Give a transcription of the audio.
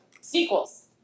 sequels